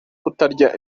kutarya